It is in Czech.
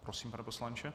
Prosím, pane poslanče.